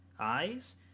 eyes